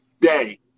day